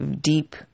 deep